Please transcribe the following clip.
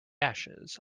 ashes